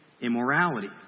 immorality